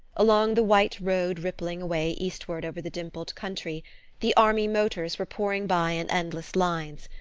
along the white road rippling away eastward over the dimpled country the army motors were pouring by in endless lines,